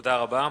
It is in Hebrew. תודה רבה.